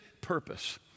purpose